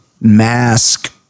mask